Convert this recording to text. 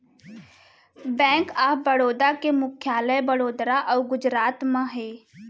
bank of Baroda के मुख्यालय बड़ोदरा अउ गुजरात म हे